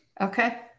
Okay